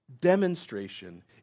demonstration